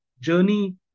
journey